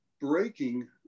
Breaking